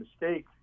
mistake